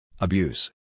Abuse